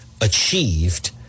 achieved